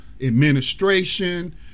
administration